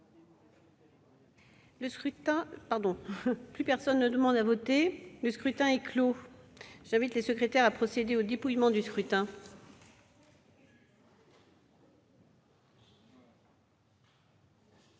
Le scrutin est clos. J'invite Mmes et MM. les secrétaires à procéder au dépouillement du scrutin.